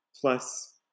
Plus